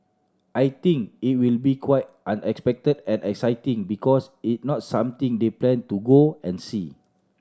I think it will be quite unexpected and exciting because it's not something they plan to go and see